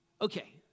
Okay